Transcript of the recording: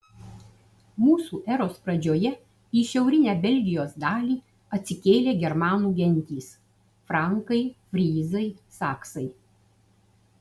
mūsų eros pradžioje į šiaurinę belgijos dalį atsikėlė germanų gentys frankai fryzai saksai